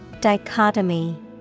Dichotomy